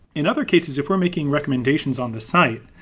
in other cases, if we're making recommendations on the site,